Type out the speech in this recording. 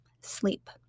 Sleep